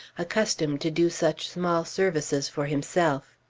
accustomed to do such small services for himself.